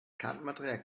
kartenmaterial